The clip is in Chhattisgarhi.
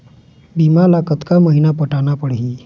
बीमा ला कतका महीना पटाना पड़ही?